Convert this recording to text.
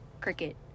Cricket